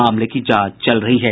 मामले की जांच चल रही है